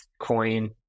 Coin